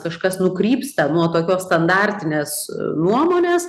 kažkas nukrypsta nuo tokios standartinės nuomonės